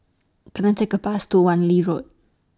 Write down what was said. Can I Take A Bus to Wan Lee Road